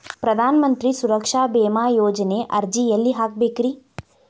ಪ್ರಧಾನ ಮಂತ್ರಿ ಸುರಕ್ಷಾ ಭೇಮಾ ಯೋಜನೆ ಅರ್ಜಿ ಎಲ್ಲಿ ಹಾಕಬೇಕ್ರಿ?